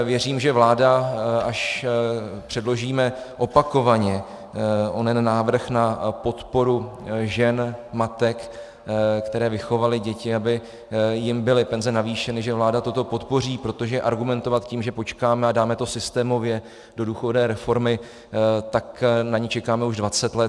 Věřím, že až předložíme opakovaně onen návrh na podporu žen matek, které vychovaly děti, aby jim byly penze navýšeny, vláda toto podpoří, protože argumentovat tím, že počkáme a dáme to systémově do důchodové reformy tak na ni čekáme už dvacet let.